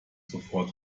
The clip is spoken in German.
sofort